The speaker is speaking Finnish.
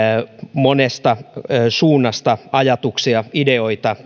monesta suunnasta on tullut ajatuksia ideoita